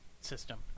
system